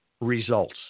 results